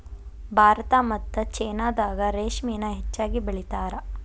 ಭಾರತಾ ಮತ್ತ ಚೇನಾದಾಗ ರೇಶ್ಮಿನ ಹೆಚ್ಚಾಗಿ ಬೆಳಿತಾರ